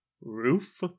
Roof